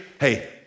Hey